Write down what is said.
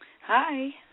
Hi